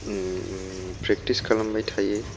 practice खालामबाय थायो